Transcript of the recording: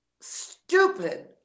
stupid